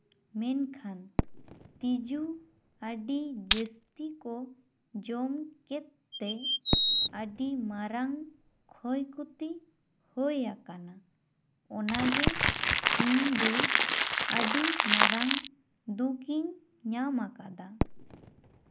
ᱢᱮᱱᱠᱷᱟᱱ ᱛᱤᱡᱩ ᱟᱹᱰᱤ ᱡᱟᱹᱥᱛᱤ ᱠᱚ ᱡᱚᱢ ᱠᱮᱫᱽ ᱛᱮ ᱟᱹᱰᱤ ᱢᱟᱨᱟᱝ ᱠᱷᱚᱭ ᱠᱷᱚᱛᱤ ᱦᱩᱭ ᱟᱠᱟᱱᱟ ᱚᱱᱟ ᱜᱮ ᱤᱧ ᱫᱚ ᱟᱹᱰᱤ ᱢᱟᱨᱟᱝ ᱫᱩᱠᱷ ᱤᱧ ᱧᱟᱢ ᱟᱠᱟᱫᱟ